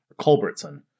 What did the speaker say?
Culbertson